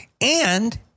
and-